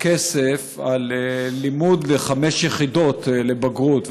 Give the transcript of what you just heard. כסף על לימוד של חמש יחידות לבגרות.